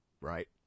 right